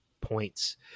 points